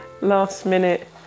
last-minute